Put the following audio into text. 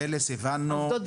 את "פלס" הבנו,